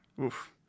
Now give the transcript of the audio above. oof